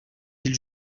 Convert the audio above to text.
ils